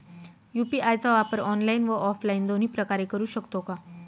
UPI चा वापर online व ऑफलाईन दोन्ही प्रकारे करु शकतो का?